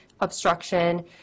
obstruction